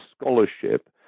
scholarship